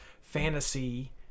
fantasy